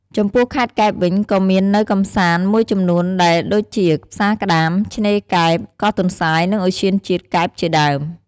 ចំពោះខេត្តកែបវិញក៏មាននៅកម្សាន្តមួយចំនួនដែរដូចជា ផ្សារក្ដាម ឆ្នេរកែប កោះទន្សាយ និងឧទ្យានជាតិកែបជាដើម។